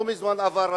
לא מזמן עבר,